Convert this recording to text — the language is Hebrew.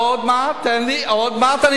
עוד מעט, עוד מעט, תן לי, עוד מעט.